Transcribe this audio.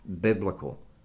biblical